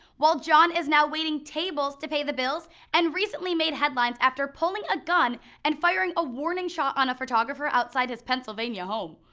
while jon is now waiting tables to pay the bills and recently made headlines after pulling a gun and firing a warning shot on a photographer outside his pennsylvania home.